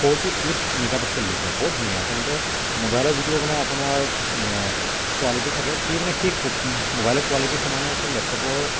forty eight megapixel দিছে বৰ ধুনীয়া আচলতে ম'বাইলৰ যিটো মানে আপোনাৰ কোৱালিটি থাকে সেই মানে সেই কো ম'বাইলৰ কোৱালিটিৰ সমানেই আছে লেপটপৰ